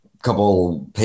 couple